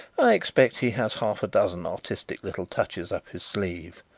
i expect he has half-a-dozen artistic little touches up his sleeve.